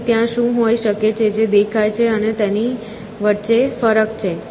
તેથી ત્યાં શું હોઈ શકે છે જે દેખાય છે તેની વચ્ચે ફરક છે